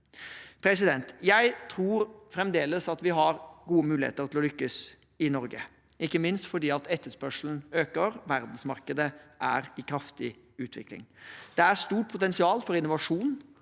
prosjekter. Jeg tror fremdeles at vi har gode muligheter til å lykkes i Norge, ikke minst fordi etterspørselen øker. Verdensmarkedet er i kraftig utvikling. Det er stort potensial for innovasjon,